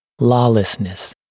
Lawlessness